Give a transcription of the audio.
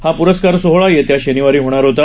हा पुरस्कार सोहोळा येत्या शनिवारी होणार होता